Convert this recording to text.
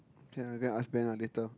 can ah I go ask Ben ah later